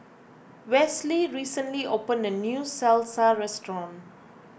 Westley recently opened a new Salsa restaurant